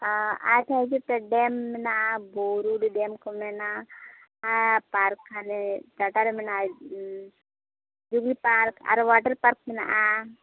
ᱟᱪᱪᱷᱟ ᱦᱤᱡᱩᱜᱯᱮ ᱰᱮᱢ ᱢᱮᱱᱟᱜᱼᱟ ᱵᱩᱨᱩᱰᱤ ᱰᱮᱢᱠᱚ ᱢᱮᱱᱟᱜᱼᱟ ᱯᱟᱨᱠ ᱦᱟᱱᱮ ᱴᱟᱴᱟᱨᱮ ᱢᱮᱱᱟᱜᱼᱟ ᱡᱩᱵᱽᱞᱤ ᱯᱟᱨᱠ ᱟᱨᱚ ᱚᱣᱟᱴᱟᱨ ᱯᱟᱨᱠ ᱢᱮᱱᱟᱜᱼᱟ